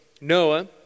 Noah